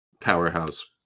powerhouse